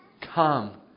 Come